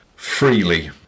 freely